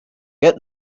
get